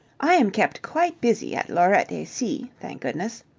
i am kept quite busy at laurette et cie, thank goodness.